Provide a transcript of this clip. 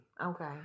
Okay